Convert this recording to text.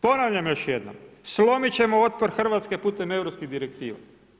Ponavljam još jednom, slomiti ćemo otpor Hrvatske putem europskih direktiva.